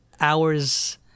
hours